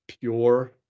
pure